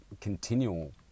continual